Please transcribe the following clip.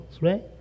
right